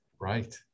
Right